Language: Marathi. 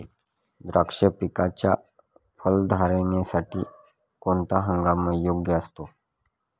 द्राक्ष पिकाच्या फलधारणेसाठी कोणता हंगाम योग्य असतो?